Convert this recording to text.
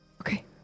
okay